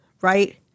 Right